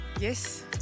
Yes